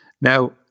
Now